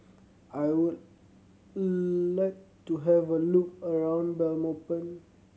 I would like to have a look around Belmopan